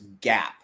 gap